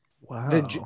wow